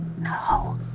no